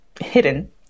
hidden